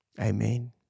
Amen